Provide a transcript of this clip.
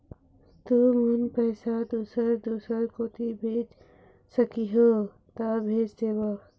तुमन पैसा दूसर दूसर कोती भेज सखीहो ता भेज देवव?